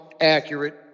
accurate